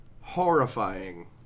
horrifying